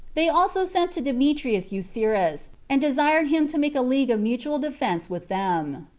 they also sent to demetrius eucerus, and desired him to make a league of mutual defense with them.